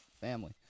family